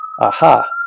aha